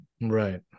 Right